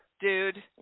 dude